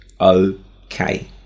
okay